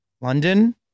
London